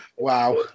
Wow